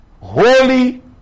holy